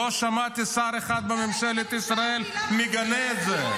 סליחה, לא שמעתי שר אחד בממשלת ישראל שמגנה את זה.